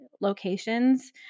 locations